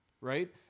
right